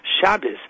Shabbos